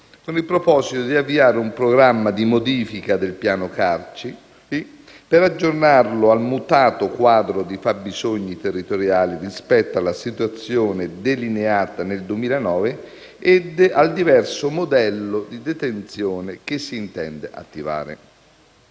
con il proposito di avviare un programma di modifica del piano carceri, per aggiornarlo al mutato quadro di fabbisogni territoriali rispetto alla situazione delineata nel 2009 e al diverso modello di detenzione che si intende attivare.